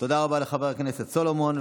תודה רבה לחבר הכנסת סולומון.